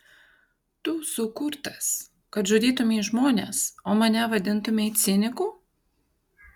tu sukurtas kad žudytumei žmones o mane vadintumei ciniku